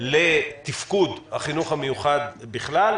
לתפקוד החינוך המיוחד בכלל,